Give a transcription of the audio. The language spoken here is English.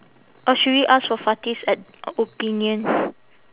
or should we ask for fati's ad~ opinion